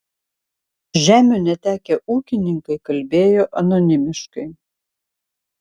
žemių netekę ūkininkai kalbėjo anonimiškai